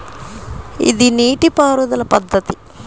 ఇది నీటిపారుదల పద్ధతి